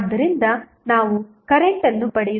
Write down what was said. ಆದ್ದರಿಂದ ನಾವು ಕರೆಂಟ್ ಅನ್ನು ಪಡೆಯುತ್ತೇವೆ